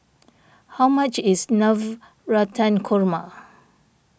how much is Navratan Korma